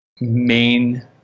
main